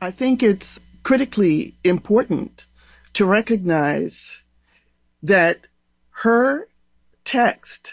i think it's critically important to recognize that her text.